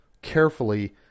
Carefully